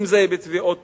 אם בתביעות פיצויים,